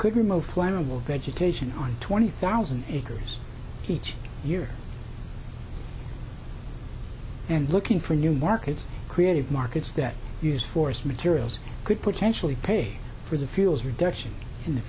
could remove flammable vegetation on twenty thousand acres each year and looking for new markets creative markets that use force materials could potentially pay for the fuels reduction in the